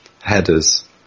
headers